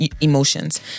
emotions